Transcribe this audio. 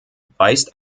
weist